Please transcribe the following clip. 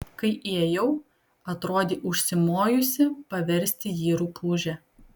kai įėjau atrodei užsimojusi paversti jį rupūže